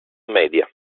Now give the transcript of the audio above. media